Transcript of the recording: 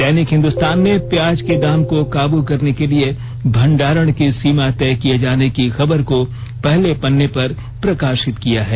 दैनिक हिंदुस्तान ने प्याज के दाम को काबू करने के लिए भंडारण की सीमा तय किए जाने की खबर को पहले पन्ने पर प्रकाशित किया है